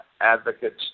Advocates